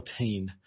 14